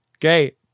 Great